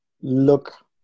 look